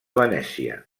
venècia